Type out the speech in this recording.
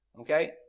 okay